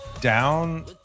Down